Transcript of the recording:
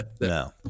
no